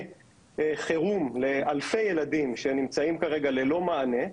חירום לאלפי ילדים שנמצאים כרגע ללא מענה.